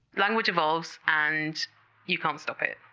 language evolves and you can't stop it,